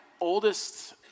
oldest